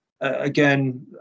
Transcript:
Again